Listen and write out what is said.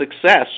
success